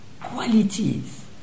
qualities